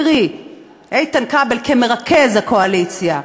קרי איתן כבל כמרכז האופוזיציה,